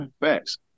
Facts